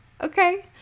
okay